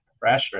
pressure